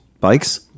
bikes